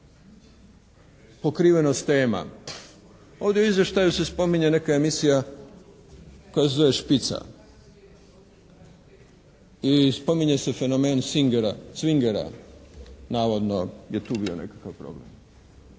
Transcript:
pokrivenost tema. Ovdje u izvještaju se spominje neka emisija koja se zove "Špica" i spominje se fenomen swingera navodno je tu bio nekakav problem.